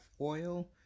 oil